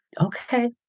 okay